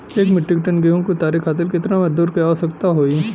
एक metric ton गेहूँ के उतारे खातीर कितना मजदूर क आवश्यकता होई?